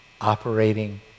operating